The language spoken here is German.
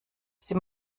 sie